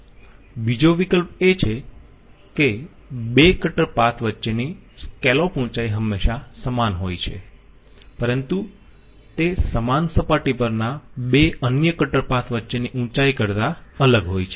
બીજો વિકલ્પ એ છે કે 2 કટર પાથ વચ્ચેની સ્કેલોપ ઊંચાઈ હંમેશા સમાન હોય છે પરંતુ તે સમાન સપાટી પરના 2 અન્ય કટર પાથ વચ્ચેની ઊંચાઈ કરતા અલગ હોય છે